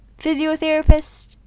Physiotherapist